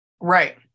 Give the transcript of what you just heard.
Right